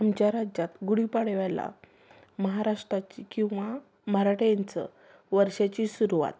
आमच्या राज्यात गुढीपाडव्याला महाराष्ट्राची किंवा मराठ्यांचं वर्षाची सुरुवात